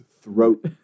throat